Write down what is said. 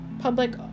public